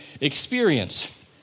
experience